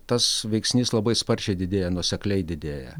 tas veiksnys labai sparčiai didėja nuosekliai didėja